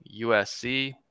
USC